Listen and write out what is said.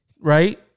right